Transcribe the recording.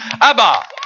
Abba